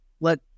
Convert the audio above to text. let